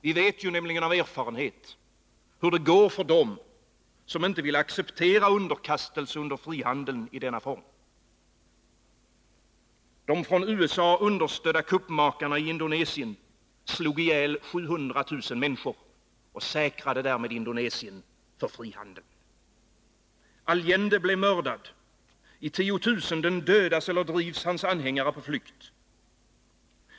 Vi vet nämligen av erfarenhet hur det går för dem som inte vill acceptera underkastelse under frihandeln i denna form. De från USA understödda kuppmakarna i Indonesien slog ihjäl 700 000 människor och säkrade därmed Indonesien för frihandel. Allende blev mördad. I tiotusenden dödas eller drivs hans anhängare på flykt.